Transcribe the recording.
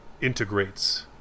integrates